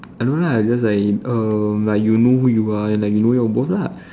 I don't know lah I just like um like you know who you are and like you know your worth lah